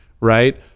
Right